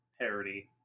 parody